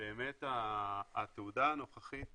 באמת התעודה הנוכחית